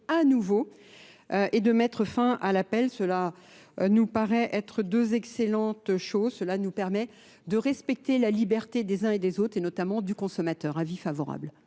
à nouveau. et de mettre fin à l'appel. Cela nous paraît être deux excellentes choses. Cela nous permet de respecter la liberté des uns et des autres et notamment du consommateur. Un avis favorable.